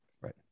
Right